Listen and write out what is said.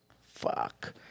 fuck